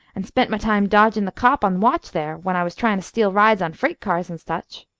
and spent my time dodgin' the cop on watch there, when i was tryin' to steal rides on freight-cars and such.